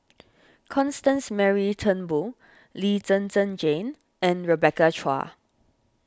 Constance Mary Turnbull Lee Zhen Zhen Jane and Rebecca Chua